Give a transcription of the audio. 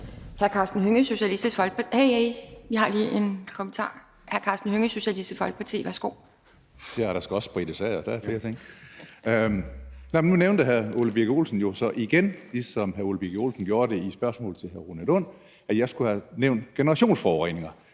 hr. Karsten Hønge, Socialistisk Folkeparti. Værsgo. Kl. 11:38 Karsten Hønge (SF): Ja, og der skal også sprittes af, og der er flere ting. Nu nævnte hr. Ole Birk Olesen så igen, ligesom hr. Ole Birk Olesen gjorde det i spørgsmål til hr. Rune Lund, at jeg skulle have nævnt generationsforureninger.